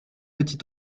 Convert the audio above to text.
petits